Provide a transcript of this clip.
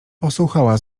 posłuchała